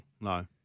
No